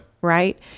right